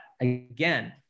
again